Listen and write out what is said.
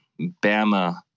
Bama